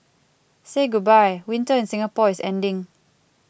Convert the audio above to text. say goodbye winter in Singapore is ending